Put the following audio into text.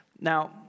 Now